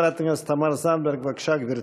חברת הכנסת תמר זנדברג, בבקשה, גברתי.